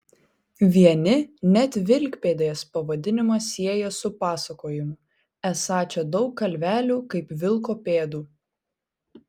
vieni net vilkpėdės pavadinimą sieja su pasakojimu esą čia daug kalvelių kaip vilko pėdų